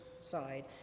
side